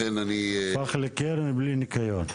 הפך לקרן בלי ניקיון.